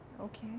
Okay।